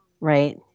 right